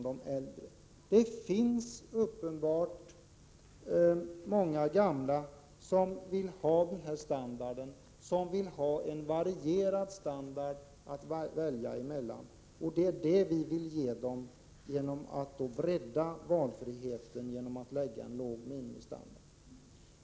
Det finns uppenbarligen många gamla som vill ha olika standard att välja mellan, och vi har velat bredda valfriheten genom att bestämma oss för en låg minimistandard.